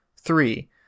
Three